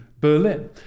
Berlin